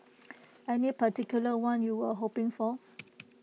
any particular one you were hoping for